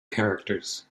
characters